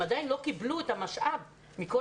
אבל הם עדיין לא קיבלו את המשאב מכל